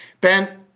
Ben